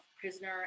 prisoner